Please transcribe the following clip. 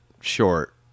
short